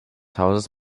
hauses